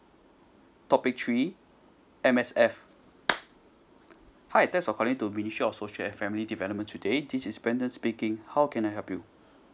topic three M_S_F hi thanks for calling to ministry of social and family development today this is brandan speaking how can I help you